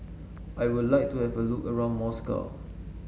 I would like to have a look around Moscow